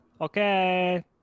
okay